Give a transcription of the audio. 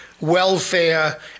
welfare